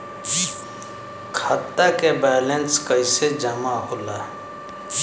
खाता के वैंलेस कइसे जमा होला?